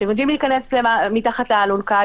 שהם יודעים להיכנס מתחת לאלונקה,